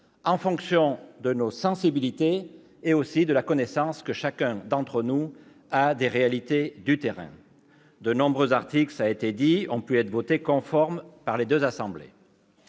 en fonction de nos sensibilités et de la connaissance que chacun d'entre nous a des réalités du terrain. Cela a été dit, de nombreux articles ont pu être votés conformes par les deux assemblées.